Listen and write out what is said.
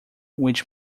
which